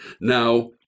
now